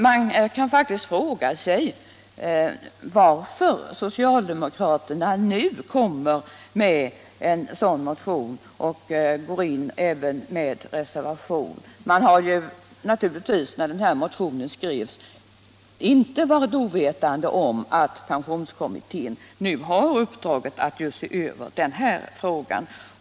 Man kan faktiskt fråga sig varför socialdemokraterna nu kommer med en sådan motion och reserverar sig till förmån för den. När motionen skrevs var man naturligtvis inte ovetande om att pensionskommittén har uppdraget att se över denna fråga.